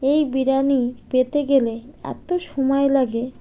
এই বিরিয়ানি পেতে গেলে এত সময় লাগে